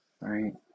right